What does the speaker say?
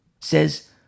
says